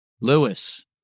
Lewis